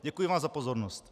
Děkuji vám za pozornost.